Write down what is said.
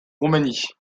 roumanie